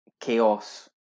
chaos